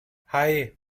hei